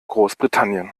großbritannien